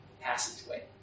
passageway